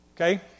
Okay